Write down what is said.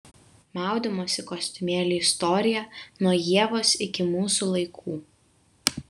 maudymosi kostiumėlių istorija nuo ievos iki mūsų laikų